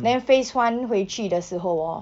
then phase one 回去的时候 hor